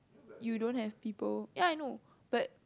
you don't have people ya I know but